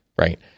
Right